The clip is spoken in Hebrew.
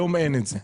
היום אין את זה.